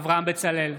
אברהם בצלאל,